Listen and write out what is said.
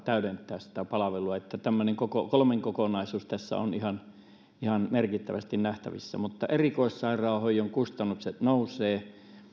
täydentää sitä palvelua tämmöinen kolmen kokonaisuus tässä on ihan ihan merkittävästi nähtävissä mutta erikoissairaanhoidon kustannukset nousevat